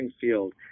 field